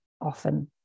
often